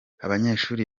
abanyeshuri